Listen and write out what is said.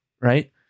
right